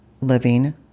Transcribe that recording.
living